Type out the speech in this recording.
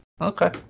Okay